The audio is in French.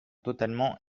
totalement